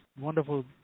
wonderful